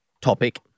topic